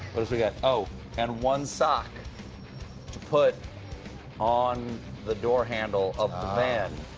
what have we got? oh and one sock to put on the door handle of the van.